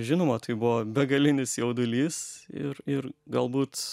žinoma tai buvo begalinis jaudulys ir ir galbūt